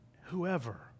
whoever